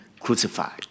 crucified